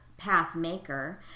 pathmaker